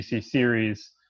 series